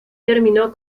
terminó